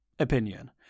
Opinion